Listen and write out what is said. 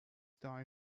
die